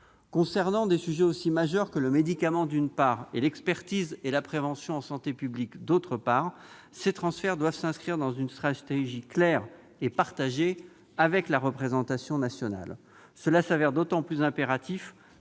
Concernant des sujets aussi majeurs que le médicament, d'une part, et l'expertise et la prévention en santé publique, d'autre part, ces transferts doivent s'inscrire dans une stratégie claire et partagée avec la représentation nationale. Cela s'avère d'autant plus impératif